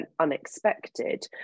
unexpected